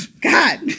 God